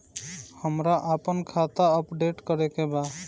हमरा आपन खाता अपडेट करे के बा